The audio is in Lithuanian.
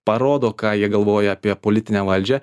parodo ką jie galvoja apie politinę valdžią